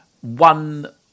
one